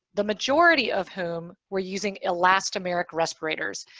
the majority of whom were using elastomeric respirators.